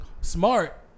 smart